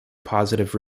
positive